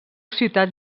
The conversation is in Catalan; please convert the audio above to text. ciutat